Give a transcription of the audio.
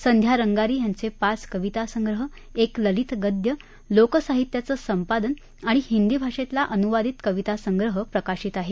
संध्या रंगारी यांचे पाच कविता संग्रह एक ललित गद्य लोकसाहित्याचं संपादन आणि हिंदी भाषेतला अनुवादीत कविता संग्रह प्रकाशित आहे